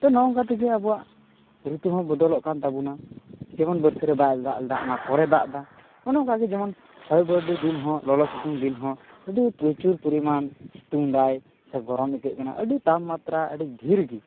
ᱛᱚ ᱱᱚᱜᱼᱚᱝ ᱠᱟ ᱛᱮᱜᱮ ᱟᱵᱚᱣᱟᱜ ᱨᱤᱛᱩ ᱦᱚᱸ ᱵᱚᱫᱚᱞᱚᱜ ᱠᱟᱱ ᱛᱟᱵᱚᱱᱟ ᱡᱮᱢᱚᱱ ᱵᱟᱹᱨᱥᱟᱹ ᱨᱮ ᱵᱟᱭ ᱫᱟᱜ ᱮᱫᱟ ᱚᱱᱟ ᱯᱚᱨᱮ ᱫᱟᱜ ᱮᱫᱟ ᱚᱱᱮ ᱚᱱᱠᱟ ᱜᱮ ᱡᱮᱢᱚᱱ ᱦᱚᱭ ᱵᱟᱹᱨᱰᱩ ᱫᱤᱱ ᱦᱚᱸ ᱞᱚᱞᱚ ᱥᱤᱛᱩᱝ ᱫᱤᱱ ᱦᱚᱸ ᱟᱹᱰᱤ ᱯᱨᱚᱪᱩᱨ ᱯᱚᱨᱤᱢᱟᱱ ᱥᱤᱛᱩᱝ ᱫᱟᱭ ᱥᱮ ᱜᱚᱨᱚᱢ ᱟᱹᱭᱠᱟᱹᱜ ᱠᱟᱱᱟ ᱟᱹᱰᱤ ᱛᱟᱯᱢᱟᱛᱨᱟ ᱟᱹᱰᱤ ᱰᱷᱮᱨ ᱜᱮ